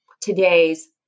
today's